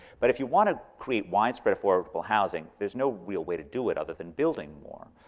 but if you want to create widespread affordable housing, there's no real way to do it other than building more.